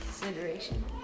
consideration